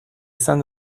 izan